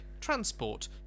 transport